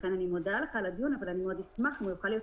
לכן אני מודה לך על הדיון אבל אני עוד אשמח אם יוכל להיות